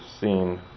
seen